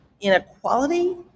inequality